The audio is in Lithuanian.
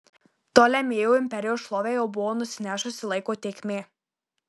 ptolemėjų imperijos šlovę jau buvo nusinešusi laiko tėkmė